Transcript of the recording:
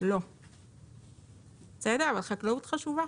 אבל היא מאוד חשובה.